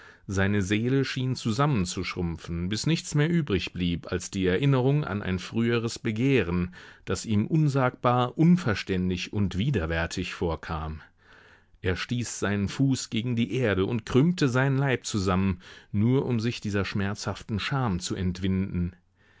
seine seele schien zusammenzuschrumpfen bis nichts mehr übrig blieb als die erinnerung an ein früheres begehren das ihm unsagbar unverständig und widerwärtig vorkam er stieß seinen fuß gegen die erde und krümmte seinen leib zusammen nur um sich dieser schmerzhaften scham zu entwinden